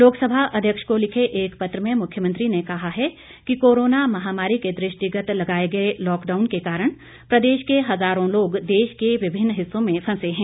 लोकसभा अध्यक्ष को लिखे एक पत्र में मुख्यमंत्री ने कहा है कि कोरोना महामारी के दृष्टिगत लगाएं गए लॉकडाउन के कारण प्रदेश के हजारों लोग देश के विभिन्न हिस्सों में फंसे हैं